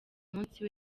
munsi